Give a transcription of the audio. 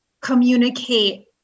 communicate